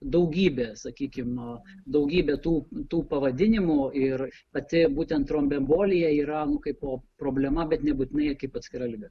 daugybė sakykim daugybė tų tų pavadinimų ir pati būtent tromboembolija yra kaipo problema bet nebūtinai kaip atskira liga